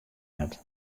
net